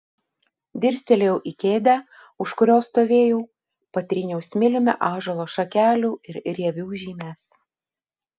dirstelėjau į kėdę už kurios stovėjau patryniau smiliumi ąžuolo šakelių ir rievių žymes